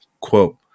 Quote